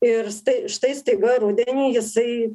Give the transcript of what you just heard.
ir stai štai staiga rudenį jisai